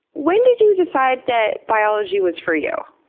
when did you decide that biology was for you?